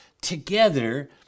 together